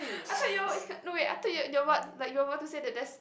I thought you no wait I thought you you what like you want to say the dress